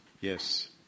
yes